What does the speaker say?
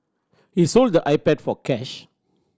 he sold the iPad for cash